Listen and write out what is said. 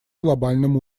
глобальном